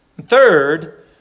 Third